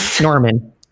Norman